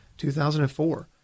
2004